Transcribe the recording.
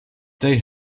they